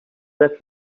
pas